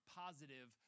positive